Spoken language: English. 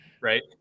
right